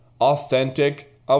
authentic